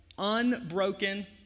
unbroken